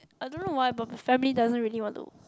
I don't know why but family doesn't really want to